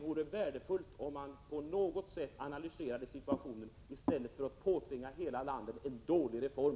således värdefullt om man på något sätt analyserade situationen i stället för att påtvinga hela landet en dålig reform.